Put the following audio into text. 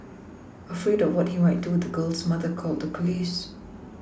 afraid of what he might do the girl's mother called the police